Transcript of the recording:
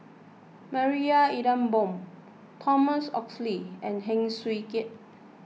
Marie Ethel Bong Thomas Oxley and Heng Swee Keat